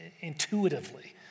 intuitively